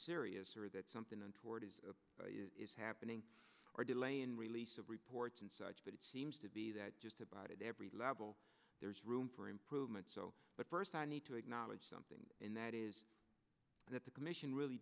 serious or that something untoward is happening or delaying release of reports and such but it seems to be that just about at every level there is room for improvement so but first i need to acknowledge something and that is that the commission really